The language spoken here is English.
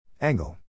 angle